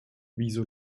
wieso